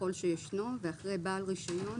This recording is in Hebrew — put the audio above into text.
"ככל שישנו" ואחרי "בעל הרישיון